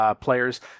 players